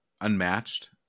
Unmatched